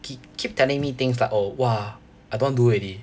keep keep telling me things like oh !wah! I don't want do already